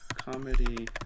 Comedy